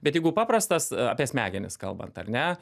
bet jeigu paprastas apie smegenis kalbant ar ne